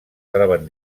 troben